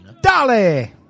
Dolly